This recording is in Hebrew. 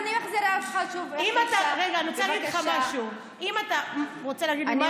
אני הרשיתי לך להיכנס שוב, אני לא מרשה לך,